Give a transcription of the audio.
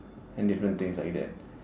and different things like that